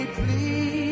please